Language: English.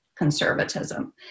conservatism